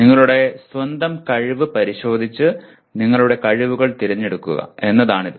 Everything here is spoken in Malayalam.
നിങ്ങളുടെ സ്വന്തം കഴിവ് പരിശോധിച്ച് നിങ്ങളുടെ കഴിവുകൾ തിരഞ്ഞെടുക്കുക എന്നതാണ് ഇത്